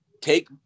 take